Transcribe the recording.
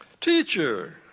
Teacher